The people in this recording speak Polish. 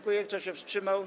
Kto się wstrzymał?